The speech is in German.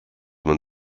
man